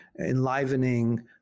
enlivening